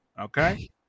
Okay